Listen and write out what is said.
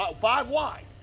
five-wide